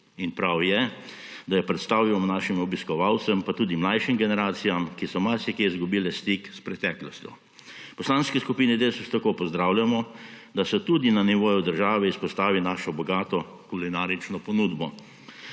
in prav je, da jo predstavimo svojim obiskovalcem, pa tudi mlajšim generacijam, ki so marsikje izgubile stik s preteklostjo. V Poslanski skupini Desus tako pozdravljamo, da se tudi na nivoju države izpostavi našo bogato kulinarično ponudbo.